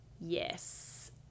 Yes